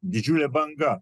didžiulė banga